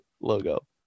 logo